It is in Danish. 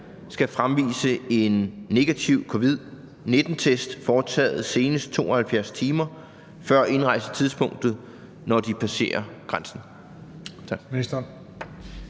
skal fremvise en negativ covid-19-test foretaget senest 72 timer før indrejsetidspunktet, når de passerer grænsen?